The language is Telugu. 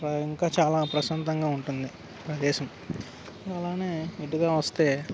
ఇంకా చాలా ప్రశాంతంగా ఉంటుంది ప్రదేశం అలానే ఇటుగా వస్తే